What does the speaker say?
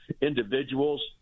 individuals